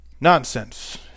nonsense